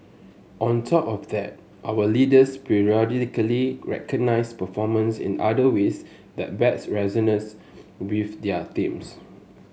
on top of that our leaders periodically recognise performance in other ways that best resonates with their teams